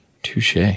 Touche